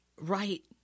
right